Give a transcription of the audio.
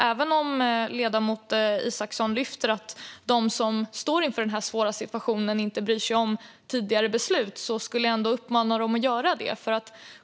Även om ledamoten Isacsson tog upp att de som står inför denna svåra situation inte bryr sig om tidigare beslut skulle jag uppmana dem att göra det.